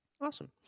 Awesome